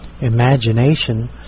imagination